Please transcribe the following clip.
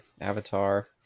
Avatar